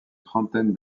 trentaine